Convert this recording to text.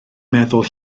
meddwl